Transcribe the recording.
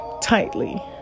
tightly